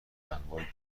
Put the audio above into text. انواع